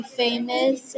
famous